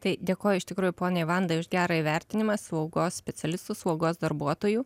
tai dėkoju iš tikrųjų poniai vandai už gerą įvertinimą saugos specialistų slaugos darbuotojų